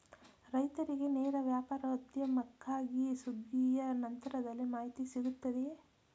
ರೈತರಿಗೆ ನೇರ ವ್ಯಾಪಾರೋದ್ಯಮಕ್ಕಾಗಿ ಸುಗ್ಗಿಯ ನಂತರದಲ್ಲಿ ಮಾಹಿತಿ ಸಿಗುತ್ತದೆಯೇ?